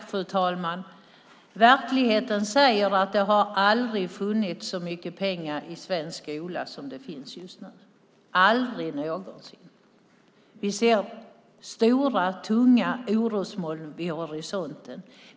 Fru talman! Verkligheten säger att det aldrig någonsin har funnits så mycket pengar i svensk skola som det finns just nu. Vi ser stora, tunga orosmoln vid horisonten.